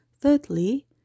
Thirdly